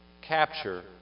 capture